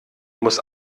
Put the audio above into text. muss